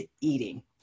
eating